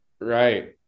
right